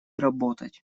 работать